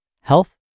Health